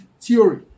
theory